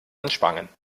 ansprangen